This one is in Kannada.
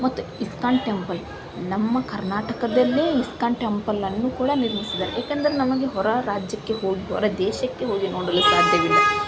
ಮತ್ತು ಇಸ್ಕಾನ್ ಟೆಂಪಲ್ ನಮ್ಮ ಕರ್ನಾಟಕದಲ್ಲೇ ಇಸ್ಕಾನ್ ಟೆಂಪಲನ್ನು ಕೂಡ ನಿರ್ಮಿಸಿದ್ದಾರೆ ಏಕೆಂದರೆ ನಮಗೆ ಹೊರ ರಾಜ್ಯಕ್ಕೆ ಹೋಗಿ ಹೊರ ದೇಶಕ್ಕೆ ಹೋಗಿ ನೋಡಲು ಸಾಧ್ಯವಿಲ್ಲ